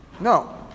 No